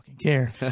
care